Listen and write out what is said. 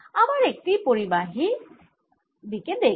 আবার এই পরিবাহী টির দিকে দেখব